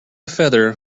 feather